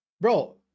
Bro